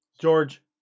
George